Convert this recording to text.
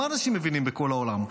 מה אנשים מבינים בכל העולם?